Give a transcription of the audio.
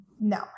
No